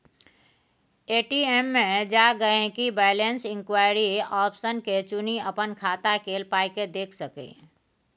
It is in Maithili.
ए.टी.एम मे जा गांहिकी बैलैंस इंक्वायरी आप्शन के चुनि अपन खाता केल पाइकेँ देखि सकैए